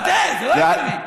מדינה יהודית, זה לא הגיוני.